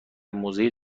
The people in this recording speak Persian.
موزه